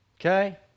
Okay